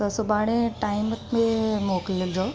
त सुभाणे टाइम ते मोकिलिजो